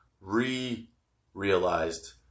re-realized